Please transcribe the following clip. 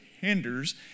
hinders